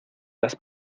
las